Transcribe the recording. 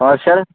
اور سر